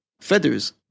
feathers